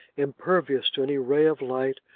impervious to any ray of light,